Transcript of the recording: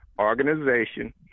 organization